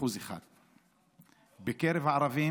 1%. בקרב הערבים,